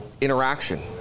interaction